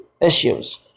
issues